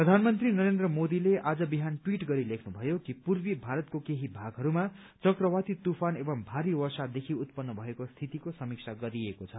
प्रधानमन्त्री मोदीले आज विहान ट्रिवट गरी लेख्नु भयो कि पूर्वी भारतको केही भागहरूमा चक्रवाती तूफान एवं भारी वषदिखि उत्पन्न भएको स्थितिको समीक्षा गरिएको छ